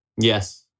yes